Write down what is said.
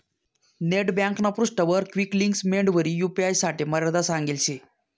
net ब्यांकना पृष्ठावर quick links मेंडवरी यू.पी.आय साठे मर्यादा सांगेल शे